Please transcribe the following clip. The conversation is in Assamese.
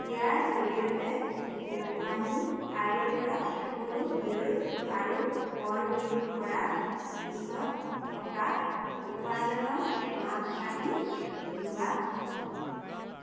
ইয়াৰ জৰিয়তে কোম্পানীৰ আয় পৰা সকলো ব্যয় আৰু কৰ বিয়োগ কৰাৰ পিছত থকা উপাৰ্জনৰ মাপকাঠি লোৱা হয়